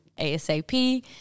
ASAP